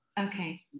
Okay